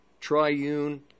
triune